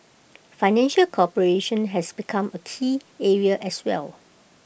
financial cooperation has become A key area as well